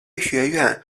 学院